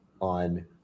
on